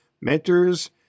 mentors